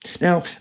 Now